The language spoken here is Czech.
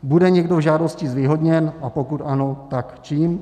Bude někdo v žádosti zvýhodněn, a pokud ano, tak čím?